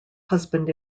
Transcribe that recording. husband